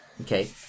Okay